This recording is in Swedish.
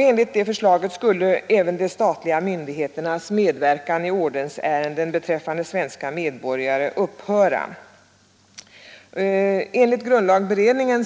Enligt förslaget skulle även de statliga myndigheternas medverkan i ordensärenden beträffande svenska medborgare upphöra. Grundlagberedningen